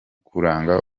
kuranga